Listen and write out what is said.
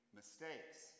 mistakes